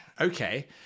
Okay